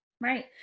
right